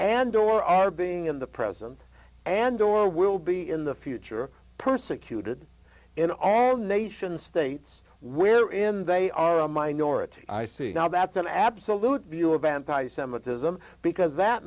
and or are being in the present and or will be in the future persecuted in all nation states wherein they are a minority i see now that's an absolute view of anti semitism because that